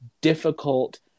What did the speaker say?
difficult